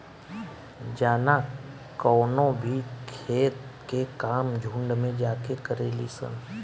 जाना कवनो भी खेत के काम झुंड में जाके करेली सन